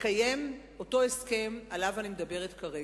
לקיים את ההסכם שעליו אני מדברת כרגע.